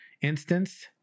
instance